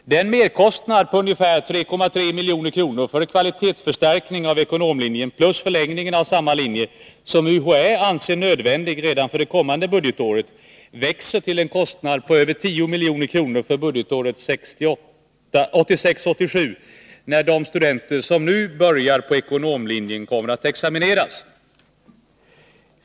Den merkostnad på ungefär 3,3 milj.kr. för en kvalitetsförstärkning av ekonomlinjen plus den förlängning av samma linje som UHÄ anser nödvändig redan för det kommande budgetåret växer till en kostnad på ungefär 10 milj.kr. för budgetåret 1986/87, när de studenter som nu börjar på ekonomlinjen kommer att examineras.